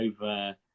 over